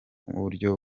buryo